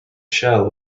shell